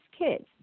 kids